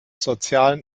sozialen